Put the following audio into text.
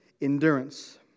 Endurance